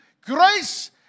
Grace